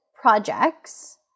projects